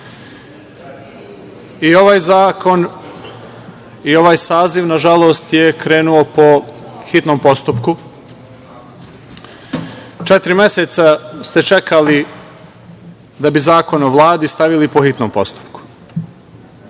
ovaj zakon i ovaj saziv, nažalost, je krenuo po hitnom postupku. Četiri meseca ste čekali da bi Zakon o Vladi stavili po hitnom postupku